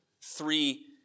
three